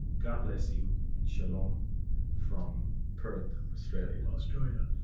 god bless you and shalom from perth, australia. australia.